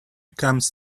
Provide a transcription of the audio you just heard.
comes